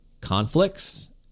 conflicts